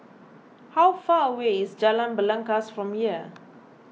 how far away is Jalan Belangkas from here